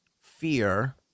fear